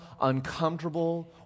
uncomfortable